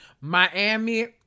Miami